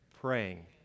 Praying